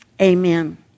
amen